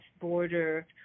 border